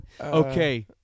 Okay